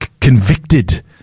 convicted